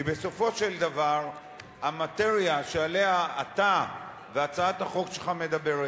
כי בסופו של דבר המאטריה שעליה אתה והצעת החוק שלך מדברים,